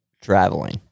traveling